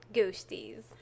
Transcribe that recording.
ghosties